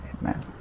Amen